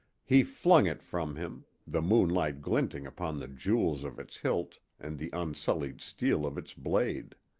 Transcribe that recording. he flung it from him, the moonlight glinting upon the jewels of its hilt and the unsullied steel of its blade.